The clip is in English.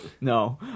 No